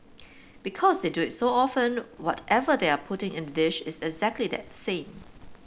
because they do it so often whatever they are putting in the dish is actually exact that same